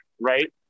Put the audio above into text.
Right